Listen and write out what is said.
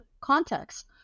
context